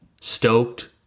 stoked